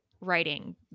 writing